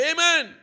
Amen